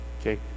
Okay